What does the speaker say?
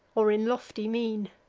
or in lofty mien.